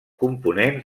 component